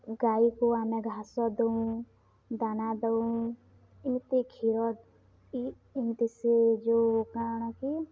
ଗାଈକୁ ଆମେ ଘାସ ଦେଉ ଦାନା ଦେଉ ଏମିତି କ୍ଷୀର ଏମିତି ସେ ଯେଉଁ କାଣା କି